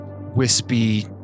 wispy